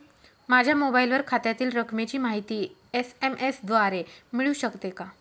माझ्या मोबाईलवर खात्यातील रकमेची माहिती एस.एम.एस द्वारे मिळू शकते का?